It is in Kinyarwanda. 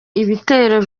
ibitero